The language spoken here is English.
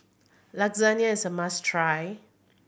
lasagne is a must try